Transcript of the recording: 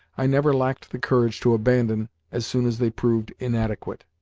i never lacked the courage to abandon as soon as they proved inadequate.